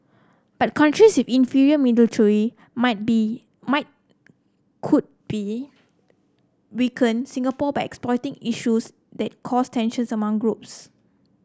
but countries inferior military might be might could be weaken Singapore by exploiting issues that cause tensions among groups